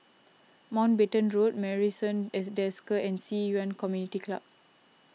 Mountbatten Road Marrison at Desker and Ci Yuan Community Club